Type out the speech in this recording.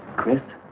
chris.